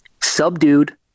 subdued